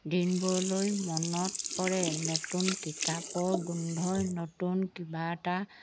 দিনবোৰলৈ মনত পৰে নতুন কিতাপৰ গোন্ধই নতুন কিবা এটা